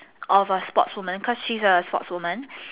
of a sportswoman cause she's a sports woman